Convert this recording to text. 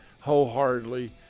wholeheartedly